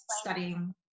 studying